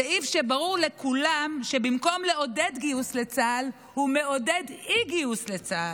סעיף שברור לכולם שבמקום לעודד גיוס לצה"ל הוא מעודד אי-גיוס לצה"ל.